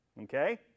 okay